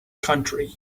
country